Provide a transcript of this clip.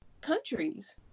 countries